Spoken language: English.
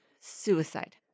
suicide